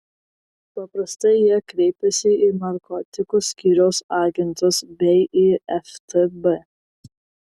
paprastai jie kreipiasi į narkotikų skyriaus agentus bei į ftb